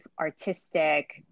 artistic